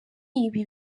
ibi